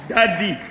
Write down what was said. Daddy